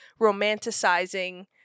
romanticizing